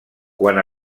quan